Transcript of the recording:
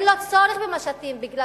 אין לו צורך במשטים כדי